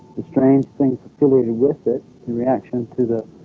the strange things affiliated with it in reaction to the